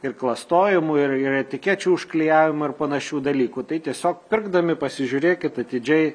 ir klastojimų ir ir etikečių užklijavimo ir panašių dalykų tai tiesiog pirkdami pasižiūrėkit atidžiai